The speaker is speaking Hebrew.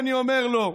אני אומר לו.